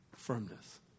firmness